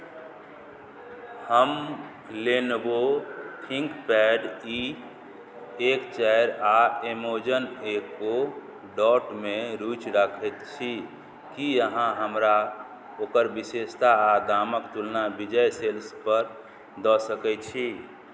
हम Lenovo ThinkPad E एक चारि आ एमेजाॅन एको डॉटमे रूचि राखैत छी की अहाँ हमरा ओकर विशेषता आ दामक तुलना विजय सेल्सपर दऽ सकैत छी